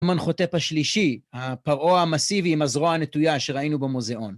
אמנחותפ השלישי, הפרעה המסיבי עם הזרוע הנטויה שראינו במוזיאון.